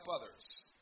others